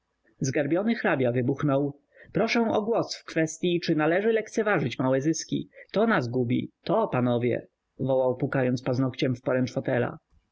zgarbiony hrabia wybuchnął proszę o głos w kwestyi czy należy lekceważyć małe zyski to nas gubi to panowie wołał pukając paznogciem